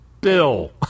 Bill